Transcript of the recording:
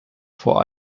vor